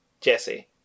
Jesse